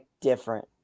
different